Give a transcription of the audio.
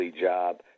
job